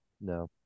No